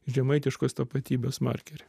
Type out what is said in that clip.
žemaitiškos tapatybės markerį